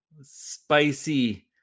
spicy